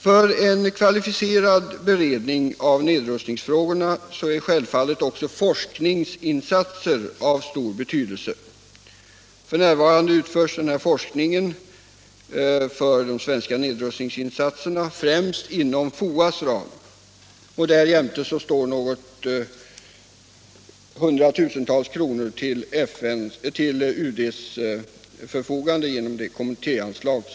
För en kvalificerad beredning av nedrustningsfrågorna är självfallet också forskningsinsatser av stor betydelse. F. n. utförs forskning av betydelse för de svenska nedrustningsinsatserna främst inom FOA:s ram. Därjämte står något hundratusental kronor till förfogande från UD:s kommittéanslag.